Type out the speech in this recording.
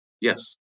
Yes